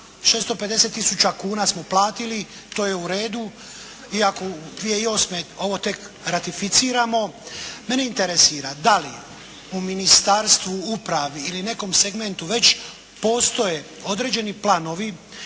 650 tisuća kuna smo uplatili. To je u redu iako 2008. ovo tek ratificiramo. Mene interesira da li je u ministarstvu, upravi ili nekom segmentu već postoje određeni planovi